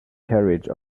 carriage